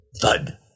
Thud